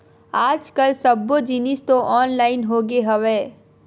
आज कल सब्बो जिनिस तो ऑनलाइन होगे हवय